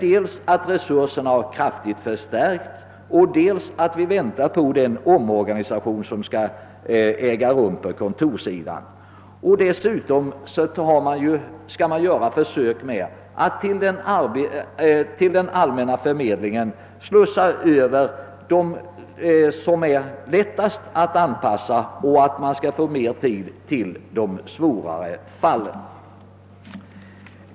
Dels har resurserna kraftigt förstärkts, dels väntar vi på den omorganisation som skall företas på kontorsområdet. Dessutom skall man försöka att till den allmänna förmedlingen slussa över de personer, som är lättast att anpassa, för att få mer tid över för de svårare fallen.